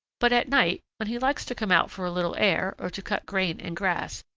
but at night, when he likes to come out for a little air or to cut grain and grass,